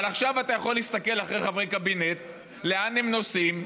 אבל עכשיו אתה יכול להסתכל אחרי חברי קבינט לאן הם נוסעים,